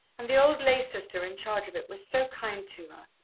and the old lay-sister in charge of it was so kind to